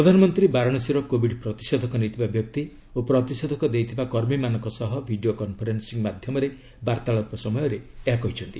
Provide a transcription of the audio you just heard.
ପ୍ରଧାନମନ୍ତ୍ରୀ ବାରାଣସୀର କୋବିଡ୍ ପ୍ରତିଷେଧକ ନେଇଥିବା ବ୍ୟକ୍ତି ଓ ପ୍ରତିଷେଧକ ଦେଇଥିବା କର୍ମୀମାନଙ୍କ ସହ ଭିଡ଼ିଓ କନ୍ଫରେନ୍ସିଂ ମାଧ୍ୟମରେ ବାର୍ତ୍ତାଳାପ ସମୟରେ ଏହା କହିଛନ୍ତି